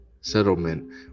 settlement